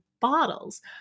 bottles